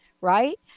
right